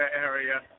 area –